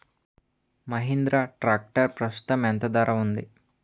Mahindra tractor ప్రస్తుతం ఎంత ధర ఉంది?